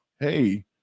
Hey